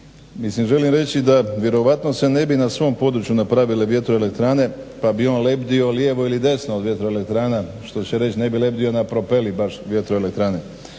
Mislim želim reći da vjerojatno se ne bi na svom području napravile vjetroelektrane pa bi on lebdio lijevo ili desno od vjetroelektrana što će reć ne bi lebdio na propeli baš vjetroelektrane.